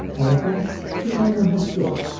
also the man will have joy,